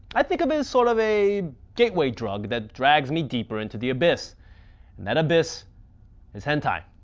i think um is sort of a gateway drug that drags me deeper into the abyss and that abyss is hentai.